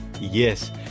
yes